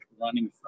running